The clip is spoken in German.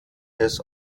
des